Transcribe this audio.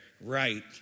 right